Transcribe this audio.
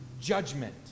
judgment